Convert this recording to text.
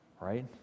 right